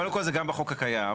קודם כל, זה גם בחוק הקיים.